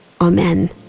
Amen